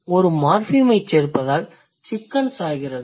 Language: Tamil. ஒரு மார்ஃபிம்ஐச் சேர்ப்பதால் chickens ஆகிறது